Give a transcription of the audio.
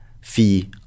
fee